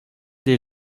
des